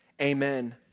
Amen